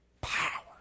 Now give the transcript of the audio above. Power